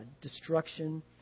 destruction